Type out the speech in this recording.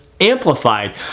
amplified